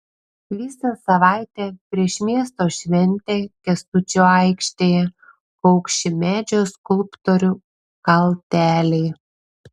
visą savaitę prieš miesto šventę kęstučio aikštėje kaukši medžio skulptorių kalteliai